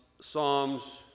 Psalms